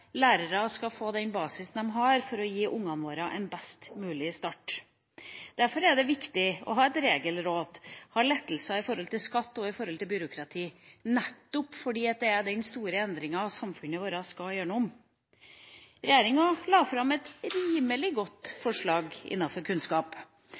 lærere skal få den basisen de trenger for å gi ungene våre en best mulig start. Derfor er det viktig å ha et regelråd, å ha lettelser når det gjelder skatt, og mindre byråkrati, nettopp fordi dette er den store endringa samfunnet vårt skal gjennom. Regjeringa la fram et rimelig godt